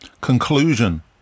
conclusion